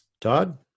Todd